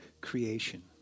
creation